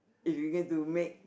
if we get to make